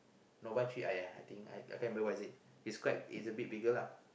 Nova three aiya ah ya I think I can't remember what is it it's quite it's a bit bigger lah